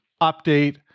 update